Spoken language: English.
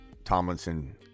Tomlinson